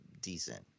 decent